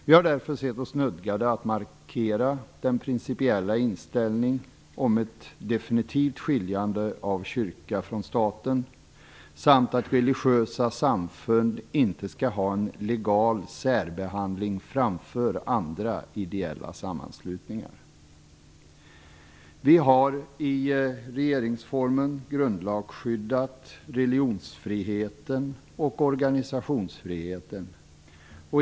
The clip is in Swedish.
Vi har därför sett oss nödgade att markera vår principiella inställning om ett definitivt skiljande av kyrkan från staten samt att religiösa samfund inte skall ha en legal särbehandling framför andra ideella sammanslutningar. Vi har i regeringsformen grundlagsskyddat religionsfriheten och organisationsfriheten.